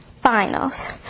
Finals